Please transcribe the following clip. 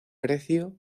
precio